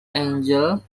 angle